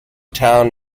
town